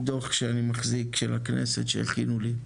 ע"פ דו"ח שאני מחזיק של הכנסת שהכינו לי,